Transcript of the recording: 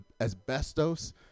asbestos